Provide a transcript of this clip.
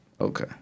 Okay